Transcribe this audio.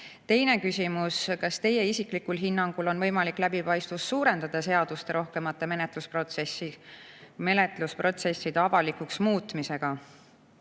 Teine küsimus: "Kas teie isiklikul hinnangul on võimalik läbipaistvust suurendada seaduste rohkemate menetlusprotsesside avalikuks muutmisega?"